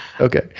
Okay